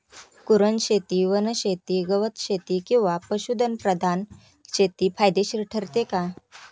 कुरणशेती, वनशेती, गवतशेती किंवा पशुधन प्रधान शेती फायदेशीर ठरते का?